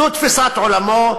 זאת תפיסת עולמו.